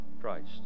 Christ